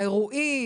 האירועים